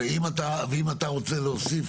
אתה יודע,